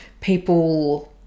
People